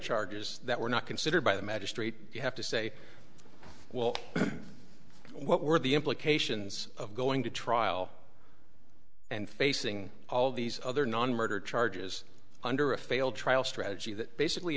charges that were not considered by the magistrate you have to say well what were the implications of going to trial and facing all these other non murder charges under a failed trial strategy that basically